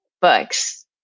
books